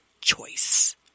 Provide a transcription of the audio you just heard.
choice